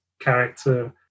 character